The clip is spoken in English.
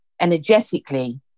energetically